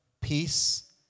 peace